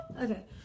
Okay